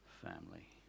family